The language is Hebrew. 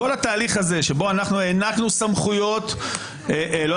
כל התהליך הזה שבו אנחנו הענקנו סמכויות --- אני לא